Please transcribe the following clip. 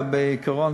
בעיקרון,